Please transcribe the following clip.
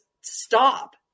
stop